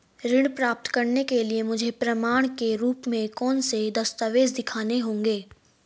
ऋण प्राप्त करने के लिए मुझे प्रमाण के रूप में कौन से दस्तावेज़ दिखाने होंगे?